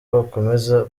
bakomeza